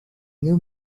new